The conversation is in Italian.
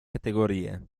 categorie